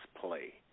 play